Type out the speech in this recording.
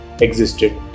existed